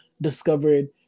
discovered